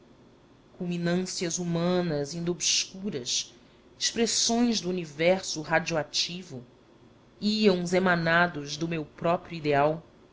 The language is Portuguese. culminâncias humanas ainda obscuras expressões do universo radioativo íons emanados do meu próprio ideal